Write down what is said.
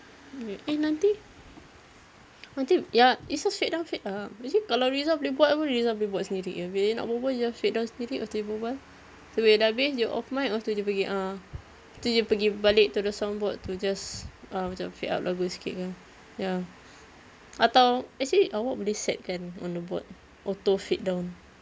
wait eh nanti nanti ya it's just fade down fade up actually kalau rizal boleh buat pun rizal boleh buat sendiri jer bila dia nak berbual just fade down sendiri lepas tu dia berbual bila dia dah habis dia off mic lepas tu dia pergi ah lepas tu dia pergi balik to the sound board to just ah macam fade up lagu sikit ke ya atau actually awak boleh set kan on the board auto fade down